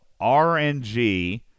RNG